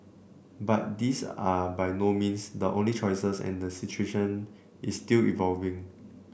but these are by no means the only choices and the situation is still evolving